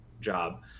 job